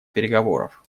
переговоров